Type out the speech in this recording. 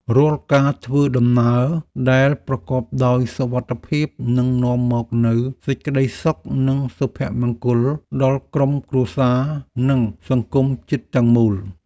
រាល់ការធ្វើដំណើរដែលប្រកបដោយសុវត្ថិភាពនឹងនាំមកនូវសេចក្តីសុខនិងសុភមង្គលដល់ក្រុមគ្រួសារនិងសង្គមជាតិទាំងមូល។